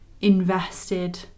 invested